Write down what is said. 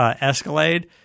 Escalade